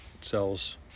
sells